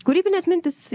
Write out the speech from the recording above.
kūrybinės mintys